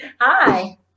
Hi